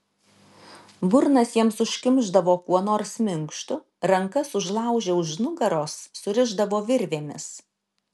burnas jiems užkimšdavo kuo nors minkštu rankas užlaužę už nugaros surišdavo virvėmis